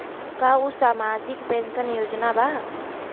का उ सामाजिक पेंशन योजना बा?